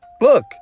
look